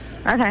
okay